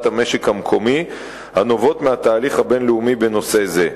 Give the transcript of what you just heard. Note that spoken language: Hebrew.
המשק המקומי הנובעות מהתהליך הבין-לאומי בנושא זה.